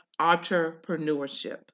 entrepreneurship